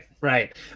right